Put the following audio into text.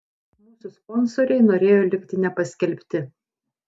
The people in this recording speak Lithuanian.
mūsų sponsoriai norėjo likti nepaskelbti